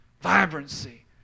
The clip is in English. vibrancy